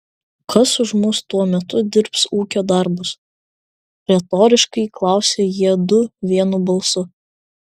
kas už mus tuo metu dirbs ūkio darbus retoriškai klausia jiedu vienu balsu